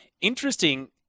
Interesting